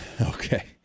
Okay